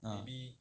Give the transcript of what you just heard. ah